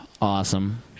Awesome